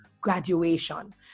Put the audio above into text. graduation